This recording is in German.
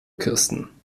kirsten